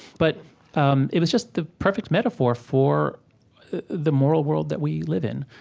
but um it was just the perfect metaphor for the moral world that we live in.